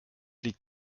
liegt